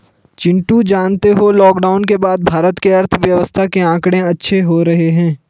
चिंटू जानते हो लॉकडाउन के बाद भारत के अर्थव्यवस्था के आंकड़े अच्छे हो रहे हैं